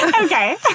Okay